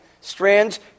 strands